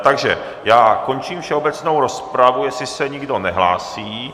Takže já končím všeobecnou rozpravu, jestli se nikdo nehlásí.